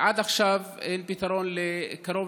עד עכשיו אין פתרון לקרוב